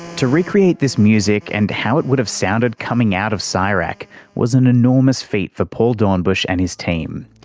to recreate this music and how it would have sounded coming out of so csirac was an enormous feat for paul doornbusch and his team.